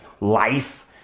life